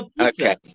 Okay